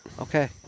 Okay